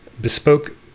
bespoke